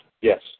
Yes